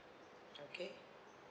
okay